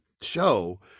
show